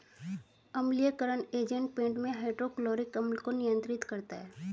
अम्लीयकरण एजेंट पेट में हाइड्रोक्लोरिक अम्ल को नियंत्रित करता है